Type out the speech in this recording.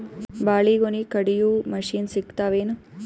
ಬಾಳಿಗೊನಿ ಕಡಿಯು ಮಷಿನ್ ಸಿಗತವೇನು?